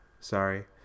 sorry